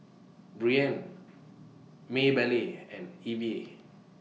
Breanne Maybelle and Evia